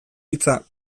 hitza